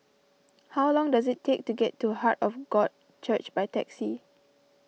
how long does it take to get to Heart of God Church by taxi